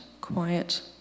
quiet